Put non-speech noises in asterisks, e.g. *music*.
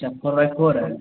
*unintelligible* और है